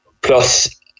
plus